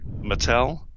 Mattel